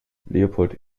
leopold